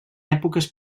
èpoques